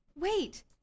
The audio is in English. Wait